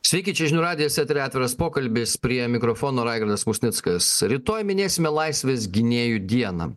sveiki čia žinių radijas eteryje atviras pokalbis prie mikrofono raigardas musnickas rytoj minėsime laisvės gynėjų dieną